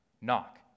knock